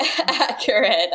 accurate